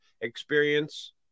experience